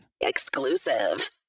Exclusive